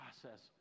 process